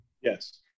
Yes